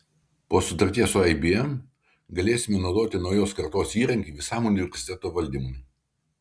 po sutarties su ibm galėsime naudoti naujos kartos įrankį visam universiteto valdymui